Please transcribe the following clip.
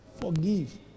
forgive